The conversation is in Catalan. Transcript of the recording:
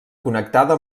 connectada